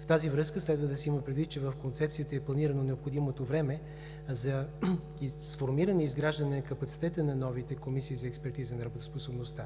В тази връзка следва да се има предвид, че в концепцията е планирано необходимото време за сформиране и изграждане капацитета на новите комисии за експертиза на работоспособността.